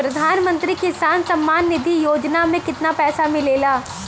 प्रधान मंत्री किसान सम्मान निधि योजना में कितना पैसा मिलेला?